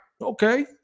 Okay